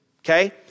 okay